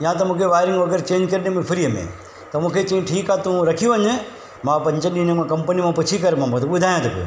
या त मूंखे वायरिंग वग़ैरह चेंज करे ॾे मूंखे फ़्रीअ में त मूंखे चयाईं ठीकु आहे तू रखी वञु मां पंज ॾींहं मां कंपनीअ मां पुछी करे मां तोखे ॿुधायां थो पयो